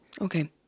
Okay